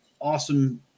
Awesome